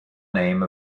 name